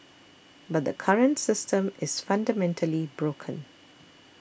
but the current system is fundamentally broken